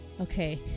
Okay